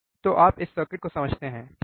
तो आप इस सर्किट को समझते हैं ठीक है